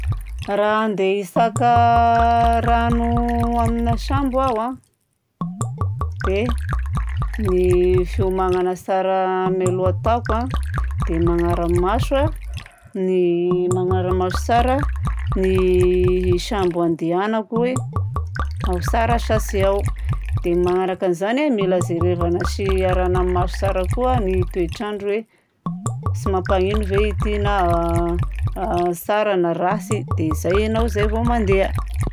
Raha handeha hisaka rano amina sambo aho a, dia ny fiomagnana tsara mialoha ataoko a dia ny magnaramaso a ny, magnara-maso tsara ny sambo andehanako hoe ao tsara sa tsy ao. Dia magnaraka izany a, mila jerevana sy arahagna maso tsara koa ny toetrandro hoe tsy mampanino ve ity na a tsara na ratsy, dia zay ianao vao mandeha.